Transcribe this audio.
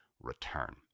return